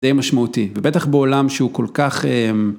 די משמעותי, ובטח בעולם שהוא כל כך, אממ...